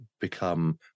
become